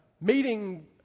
meeting